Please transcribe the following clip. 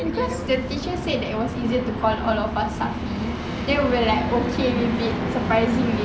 cause the teacher said that was easier to call of us safi then we're like okay with it surprisingly